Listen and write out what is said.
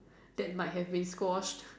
that might have been squash